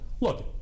Look